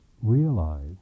realize